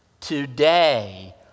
Today